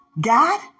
God